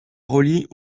relie